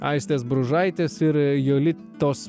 aistės bružaitės ir jolitos